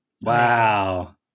Wow